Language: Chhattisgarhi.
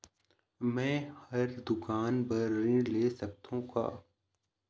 मैं हर दुकान बर ऋण ले सकथों का?